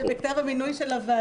אני רק אוסיף שבכתב המינוי של הוועדה,